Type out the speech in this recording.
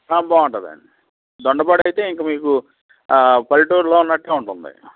బాగుంటుందండి దొండపాడైతే ఇంకా మీకు పల్లెటూరిలో ఉన్నట్టే ఉంటుంది